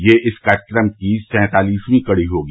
यह इस कार्यक्रम की सैंतालिसवीं कड़ी होगी